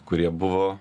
kurie buvo